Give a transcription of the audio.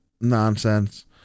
nonsense